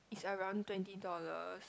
is around twenty dollars